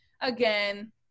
again